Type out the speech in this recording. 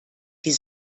die